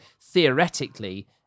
theoretically